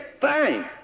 Fine